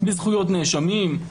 בזכויות נאשמים,